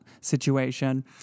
situation